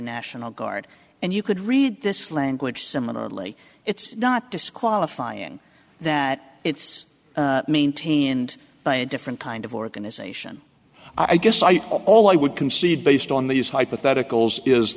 national guard and you could read this language similarly it's not disqualifying that it's maintained by a different kind of organization i guess i all i would concede based on these hypotheticals is